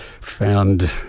found